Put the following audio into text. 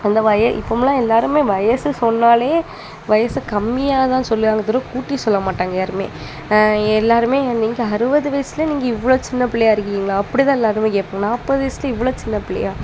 அந்த வயேசு இப்போதெலாம் எல்லாருமே வயது சொன்னாலே வயது கம்மியாக தான் சொல்லுறாங்கள் தவிர கூட்டி சொல்லமாட்டாங்கள் யாருமே எல்லாருமே நீங்கள் அறுபது வயசில் நீங்கள் இவ்வளோ சின்னப்பிள்ளையா இருக்கீங்களா அப்படி தான் எல்லாருமே கேட்போம் நாற்பது வயசில் இவ்வளோ சின்னப்பிள்ளையா